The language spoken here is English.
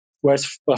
Whereas